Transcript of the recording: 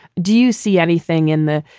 do you see anything in the.